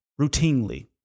routinely